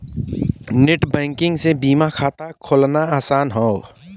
net banking से बीमा खाता खोलना आसान हौ